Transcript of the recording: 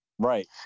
Right